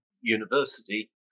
University